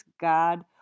God